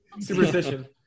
superstition